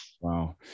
Wow